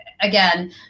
again